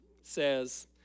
says